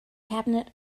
cabinet